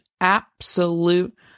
absolute